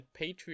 Patreon